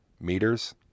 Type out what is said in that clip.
meters